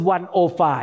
105